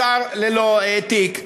לשר ללא תיק.